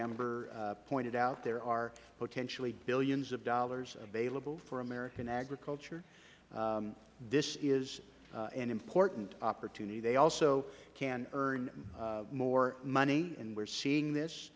member pointed out there are potentially billions of dollars available for american agriculture this is an important opportunity they also can earn more money and we are seeing this